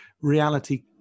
reality